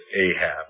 Ahab